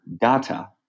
data